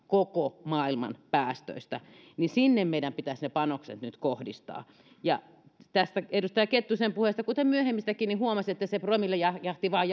koko maailman päästöistä niin sinne meidän pitäisi ne panokset nyt kohdistaa tästä edustaja kettusen puheesta kuten myöhemmistäkin huomasin että se promillejahti vain